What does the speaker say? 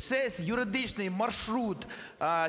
все, юридичний маршрут